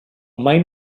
mai